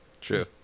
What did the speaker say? True